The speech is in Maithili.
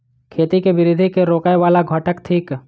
खेती केँ वृद्धि केँ रोकय वला घटक थिक?